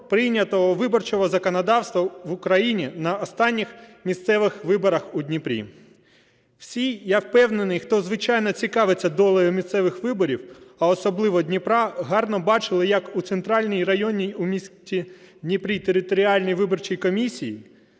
прийнятого виборчого законодавства в Україні на останніх місцевих виборах у Дніпрі. Всі, я впевнений, хто, звичайно, цікавиться долею місцевих борів, а особливо Дніпра, гарно бачили, як у центральній районній у місті Дніпрі територіальній виборчій комісії